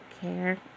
care